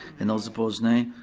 and those opposed, nay,